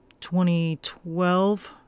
2012